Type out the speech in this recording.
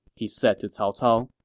he said to cao cao.